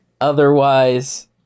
otherwise